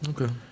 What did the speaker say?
Okay